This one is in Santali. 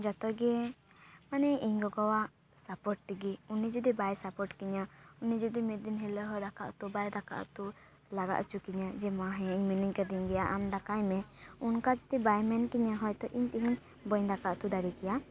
ᱡᱚᱛᱚ ᱜᱮ ᱢᱟᱱᱮ ᱤᱧ ᱜᱚᱜᱚᱣᱟᱜ ᱥᱟᱯᱚᱴ ᱛᱮᱜᱮ ᱩᱱᱤ ᱡᱩᱫᱤ ᱵᱟᱭ ᱥᱟᱯᱚᱴ ᱠᱤᱧᱟᱹ ᱩᱱᱤ ᱡᱩᱫᱤ ᱢᱤᱫ ᱫᱤᱱ ᱦᱤᱞᱳᱜ ᱦᱚᱸ ᱫᱟᱠᱟ ᱩᱛᱩ ᱵᱟᱭ ᱫᱟᱠᱟ ᱩᱛᱩ ᱞᱟᱜᱟ ᱚᱪᱚ ᱠᱤᱧᱟᱹ ᱡᱮ ᱢᱟ ᱦᱮᱸ ᱤᱧ ᱢᱮᱱᱟᱹᱧ ᱠᱟᱫᱤᱧ ᱜᱮᱭᱟ ᱟᱢ ᱫᱟᱠᱟᱭ ᱢᱮ ᱚᱱᱠᱟ ᱡᱩᱫᱤ ᱵᱟᱭ ᱢᱮᱱ ᱠᱤᱧᱟᱹ ᱦᱳᱭᱛᱳ ᱤᱧ ᱛᱮᱦᱮᱧ ᱵᱟᱹᱧ ᱫᱟᱠᱟ ᱩᱛᱩ ᱫᱟᱲᱮ ᱠᱮᱭᱟ